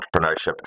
entrepreneurship